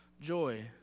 joy